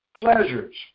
pleasures